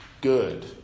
good